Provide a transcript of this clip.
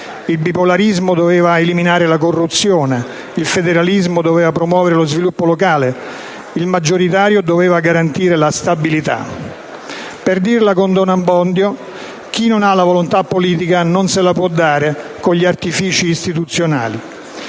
il bipolarismo doveva eliminare la corruzione; il federalismo doveva promuovere lo sviluppo locale; il maggioritario doveva garantire la stabilità. Per dirla con don Abbondio, chi non ha la volontà politica, non se la può dare con gli artifici istituzionali.